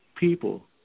People